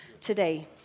today